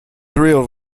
thrill